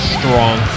strong